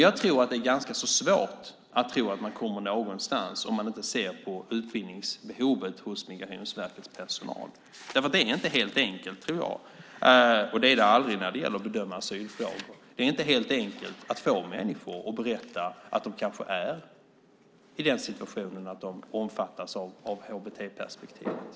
Jag tror att det är ganska svårt att tro att man kommer någonstans om man inte ser på utbildningsbehovet hos Migrationsverkets personal. Det är inte alldeles enkelt. Det är det aldrig när det gäller att bedöma asylfrågor. Det är inte alldeles enkelt att få människor att berätta att de kanske är i den situationen att de omfattas av hbt-perspektivet.